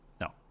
No